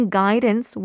guidance